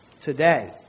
today